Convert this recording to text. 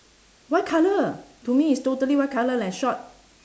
white colour to me is totally white colour leh short